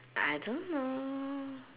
I don't know